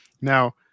Now